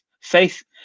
faith